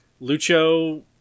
Lucho